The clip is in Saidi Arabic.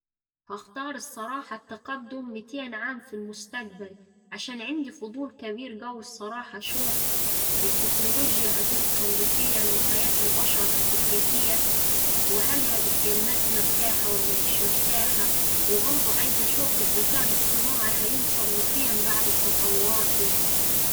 هختار الصراحة التقدم ميتين عام في المستقبل عشان عندي فضول كبير قوي الصراحة أشوف التكنولوجيا هتوصل لفين وحياة البشر هتبقا كيف وهل هتبقا الناس مرتاحة ولا مش مرتاحة وبرضه عايزة أشوف الذكاء الاصطناعي هيوصل لفين بعد التطورات دية.